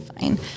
fine